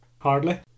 Hardly